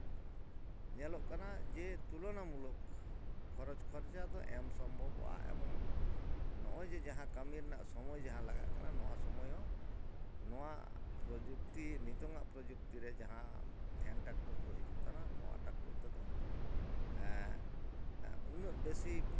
ᱧᱮᱞᱚᱜ ᱠᱟᱱᱟ ᱡᱮ ᱛᱩᱞᱚᱱᱟᱢᱩᱞᱚᱠ ᱠᱷᱚᱨᱚᱪ ᱠᱷᱚᱨᱪᱟ ᱫᱚ ᱮᱢ ᱥᱚᱢᱵᱷᱚᱵᱚᱜᱼᱟ ᱮᱵᱚᱝ ᱱᱚᱜᱼᱚᱭ ᱡᱮ ᱡᱟᱦᱟᱸ ᱠᱟᱹᱢᱤ ᱨᱮᱱᱟᱜ ᱥᱚᱢᱚᱭ ᱡᱟᱦᱟᱸ ᱞᱟᱜᱟᱜ ᱠᱟᱱᱟ ᱱᱚᱣᱟ ᱥᱚᱢᱚᱭ ᱦᱚᱸ ᱱᱚᱣᱟ ᱯᱨᱚᱡᱩᱠᱛᱤ ᱱᱤᱛᱳᱝᱟᱜ ᱯᱨᱚᱡᱩᱠᱛᱤ ᱨᱮ ᱡᱟᱦᱟᱸ ᱦᱮᱱ ᱴᱟᱠᱴᱟᱨ ᱠᱚ ᱦᱤᱡᱩᱜ ᱠᱟᱱᱟ ᱱᱚᱣᱟ ᱴᱟᱠᱴᱚᱨ ᱛᱮᱫᱚ ᱩᱱᱟᱹᱜ ᱵᱮᱥᱤ